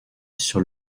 sur